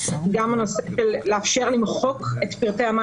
גם הנושא של אפשרות למחוק את פרטי המען